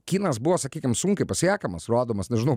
kinas buvo sakykim sunkiai pasiekiamas rodomas nežinau